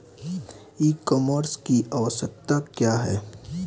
ई कॉमर्स की आवशयक्ता क्या है?